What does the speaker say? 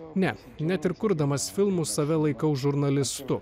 ne net ir kurdamas filmus save laikau žurnalistu